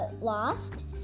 lost